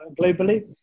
globally